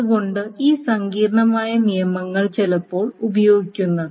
അതുകൊണ്ടാണ് ഈ സങ്കീർണ്ണമായ നിയമങ്ങൾ ചിലപ്പോൾ ഉപയോഗിക്കുന്നത്